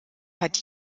hat